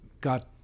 got